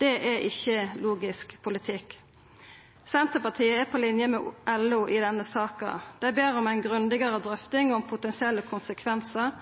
Det er ikkje logisk politikk. Senterpartiet er på linje med LO i denne saka. Dei ber om ei grundigare drøfting av potensielle konsekvensar